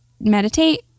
meditate